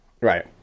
Right